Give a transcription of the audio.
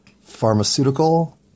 pharmaceutical